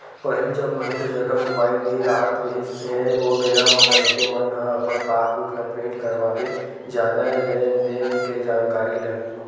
पहिली जब मनखे जघा मुबाइल नइ राहत रिहिस हे ओ बेरा म मनखे मन ह अपन पास बुक ल प्रिंट करवाबे जानय लेन देन के जानकारी ला